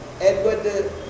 Edward